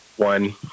One